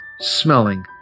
smelling